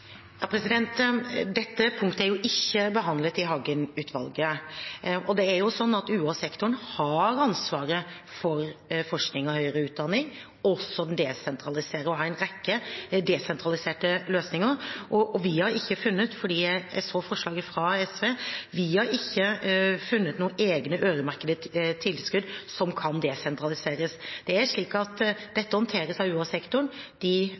Det er UH-sektoren som har ansvaret for forskning og høyere utdanning, også den desentraliserte, og de har en rekke desentraliserte løsninger. Jeg så forslaget fra SV, og vi har ikke funnet noen egne øremerkede tilskudd som kan desentraliseres. Dette håndteres av UH-sektoren. De foretar sine vurderinger basert på det faglige og etterspørselen i markedet blant studenter. Så er jeg kjent med at man noen steder har laget disse sentrene. De